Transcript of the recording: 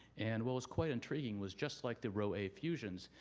and what was quite intriguing was just like the row a fusions,